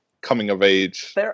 Coming-of-age